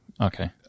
Okay